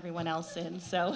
everyone else in and so